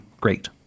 great